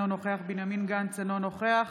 אינו נוכח